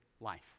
life